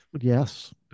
Yes